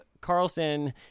Carlson